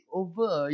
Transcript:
over